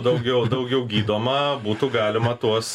daugiau daugiau gydoma būtų galima tuos